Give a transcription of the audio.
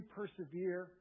persevere